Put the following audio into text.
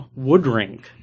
Woodring